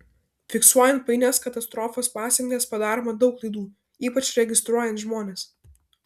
fiksuojant painias katastrofos pasekmes padaroma daug klaidų ypač registruojant žmones